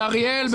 באריאל,